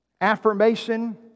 affirmation